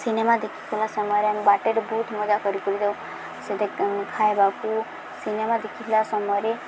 cinema ଦେଖିଲା ସମୟରେ ଆମେ ବାଟରେ ବହୁତ ମଜା କରି କରି ଯାଉ ସେ ଖାଇବାକୁ ସିନେମା ଦେଖିଲା ସମୟରେ